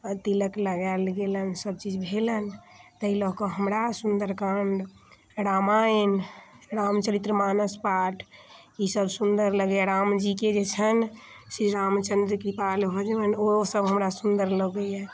पऽ तिलक लगायल गेलनि सभचीज भेलनि तै लऽ कऽ हमरा सुन्दरकाण्ड रामायण रामचरित्र मानस पाठ ई सभ सुन्दर लगैए रामजीके जे छनि ओ सभ हमरा सुन्दर लगैए